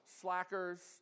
slackers